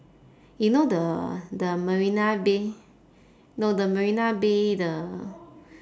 you know the the marina bay no the marina bay the